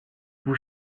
vous